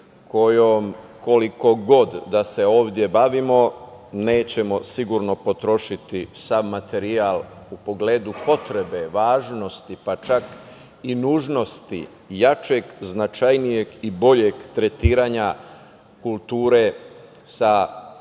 kojom koliko god da se ovde bavimo nećemo sigurno potrošiti sav materijal u pogledu potreba važnosti, pa čak i nužnosti jačeg, značajnijeg i boljeg tretiranja kulture sa svih